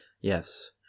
Yes